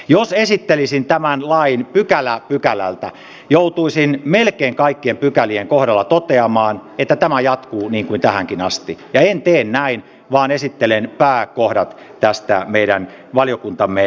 jos esittelisin tämän lain pykälä pykälältä joutuisin melkein kaikkien pykälien kohdalla toteamaan että tämä jatkuu niin kuin tähänkin asti ja en tee näin vaan esittelen pääkohdat tästä meidän valiokuntamme mietinnöstä